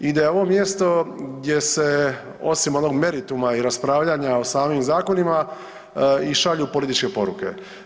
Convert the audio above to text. I da je ovo mjesto gdje se osim onog merituma i raspravljanja o samim zakonima i šalju političke poruke.